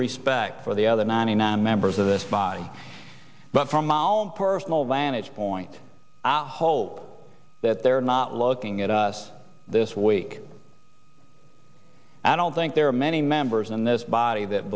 respect for the other ninety nine members of this buy but from my own personal advantage point i hold that they're not looking at us this week and i don't think there are many members in this body that